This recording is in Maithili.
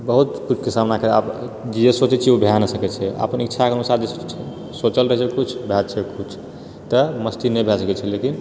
बहुत किछुके सामना करऽ आब जे सोचै छियै ओ भए नहि सकैत छै अपन इच्छाके अनुसार जे सोचल रहै छै किछु भए जाइ छै किछु तऽ मस्ती नहि भए सकैत छै लेकिन